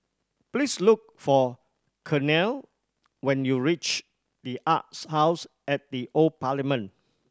please look for Kenia when you reach The Arts House at the Old Parliament